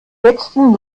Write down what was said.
letzten